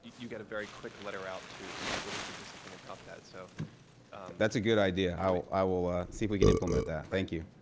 you get a very quick letter out to to people who can do something about that, so. sorensen that's a good idea. i will ah see if we can implement that. thank you.